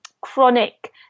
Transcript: chronic